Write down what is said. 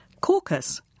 Caucus